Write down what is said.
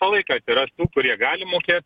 visą laiką atsiras tų kurie gali mokėt